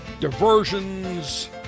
diversions